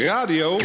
Radio